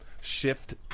shift